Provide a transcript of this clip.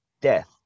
death